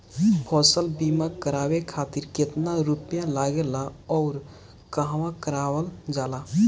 फसल बीमा करावे खातिर केतना रुपया लागेला अउर कहवा करावल जाला?